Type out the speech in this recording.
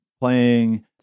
playing